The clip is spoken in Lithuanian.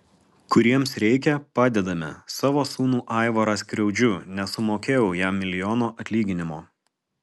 kuriems reikia padedame savo sūnų aivarą skriaudžiu nesumokėjau jam milijono atlyginimo